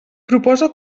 proposa